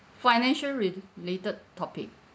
financial related topic